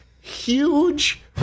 huge